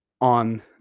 on